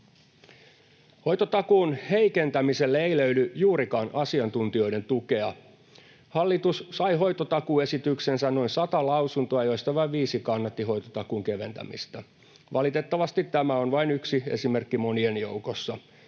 Hoitotakuun heikentämiselle ei löydy juurikaan asiantuntijoiden tukea. Hallitus sai hoitotakuuesitykseensä noin sata lausuntoa, joista vain viisi kannatti hoitotakuun keventämistä. Valitettavasti tämä on vain yksi esimerkki monien joukossa,